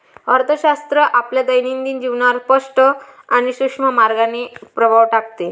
अर्थशास्त्र आपल्या दैनंदिन जीवनावर स्पष्ट आणि सूक्ष्म मार्गाने प्रभाव टाकते